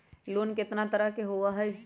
Loan केतना तरह के होअ हई?